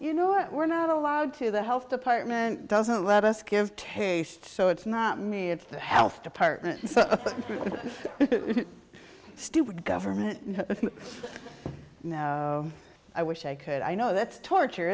you know what we're not allowed to the health department doesn't let us give tastes so it's not me it's the health department stupid government i wish i could i know that's torture